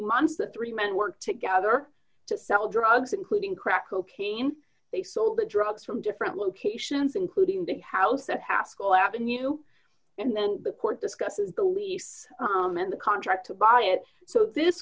months the three men worked together to sell drugs including crack cocaine they sold the drugs from different locations including the house that haskell avenue and then the court discusses beliefs in the contract to buy it so this